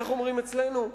איך אומרים אצלנו?